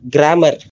Grammar